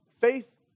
faith